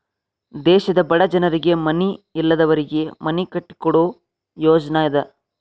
ದೇಶದ ಬಡ ಜನರಿಗೆ ಮನಿ ಇಲ್ಲದವರಿಗೆ ಮನಿ ಕಟ್ಟಿಕೊಡು ಯೋಜ್ನಾ ಇದ